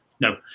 no